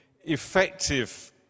effective